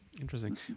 interesting